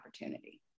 opportunity